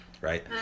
Right